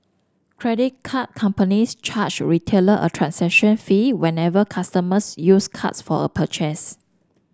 credit card companies charge retailer a transaction fee whenever customers use cards for a purchase